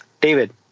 David